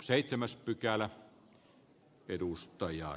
arvoisa herra puhemies